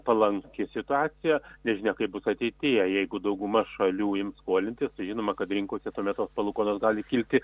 palanki situacija nežinia kaip bus ateityje jeigu dauguma šalių ims skolinti žinoma kad rinkose tuo metu palūkanos gali kilti